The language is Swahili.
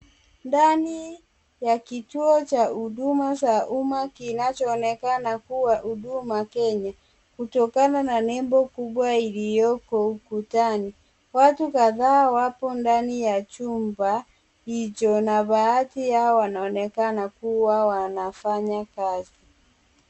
Ndani ya kituo cha huduma za umma, kinachoonekana kuwa Huduma Kenya kutokana na nembo kubwa iliyoko ukutani. Watu kadhaa wapo ndani ya chumba hicho na baadhi yao wanaonekana kuwa wanafanya kazi.